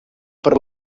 per